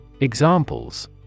Examples